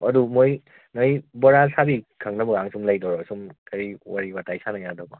ꯑꯣ ꯑꯗꯨ ꯃꯣꯏ ꯅꯣꯏ ꯕꯣꯔꯥ ꯁꯥꯕꯤ ꯈꯪꯅꯕꯒ ꯁꯨꯝ ꯂꯩꯗꯣꯏꯔꯣ ꯁꯨꯝ ꯀꯔꯤ ꯋꯥꯔꯤ ꯋꯇꯥꯏ ꯁꯥꯟꯅ ꯌꯥꯗꯧꯕ